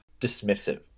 dismissive